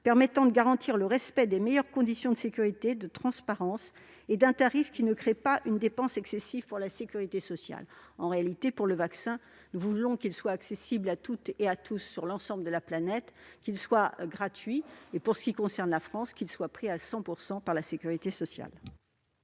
permettant de garantir le respect des meilleures conditions de sécurité et de transparence, ainsi qu'un tarif ne créant pas une dépense excessive pour la sécurité sociale. En réalité, nous voulons que ce vaccin soit accessible à toutes et tous sur l'ensemble de la planète, qu'il soit gratuit et, pour ce qui concerne la France, qu'il soit remboursé à 100 % par la sécurité sociale.